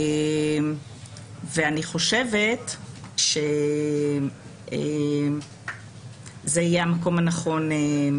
ואני חושבת שזה יהיה המקום הנכון.